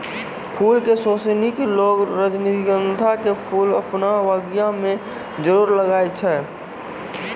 फूल के शौकिन लोगॅ रजनीगंधा के फूल आपनो बगिया मॅ जरूर लगाय छै